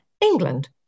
England